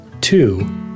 two